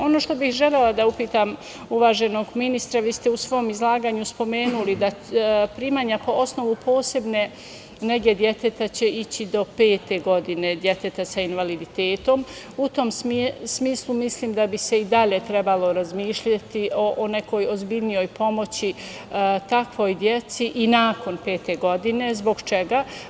Ono što bih želela da upitam uvaženog ministra, vi ste u svom izlaganju spomenuli primanja po osnovu posebne nege deteta da će ići do pete godine deteta sa invaliditetom, u tom smislu mislim da bi se i dalje trebalo razmišljati o nekoj ozbiljnijoj pomoći takvoj deci i nakon pete godine - zbog čega?